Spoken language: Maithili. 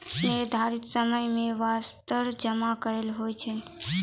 निर्धारित समय के बास्ते जमा केना होय छै?